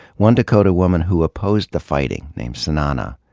one dakota woman who opposed the fighting, named snana,